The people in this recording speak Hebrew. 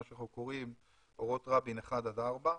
מה שאנחנו קוראים אורות רבין 4-1,